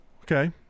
Okay